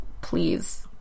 please